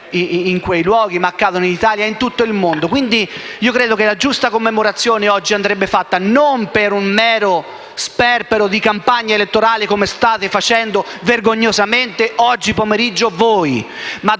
in quei luoghi, ma in Italia e in tutto il mondo. Credo che la giusta commemorazione oggi andrebbe fatta non per un mero sperpero di campagna elettorale, come state facendo vergognosamente oggi pomeriggio voi; per